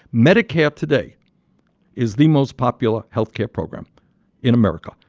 medicare today is the most popular health care program in america.